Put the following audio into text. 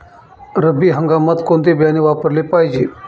रब्बी हंगामात कोणते बियाणे वापरले पाहिजे?